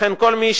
לכן, כל מי